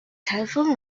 telephone